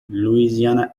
louisiana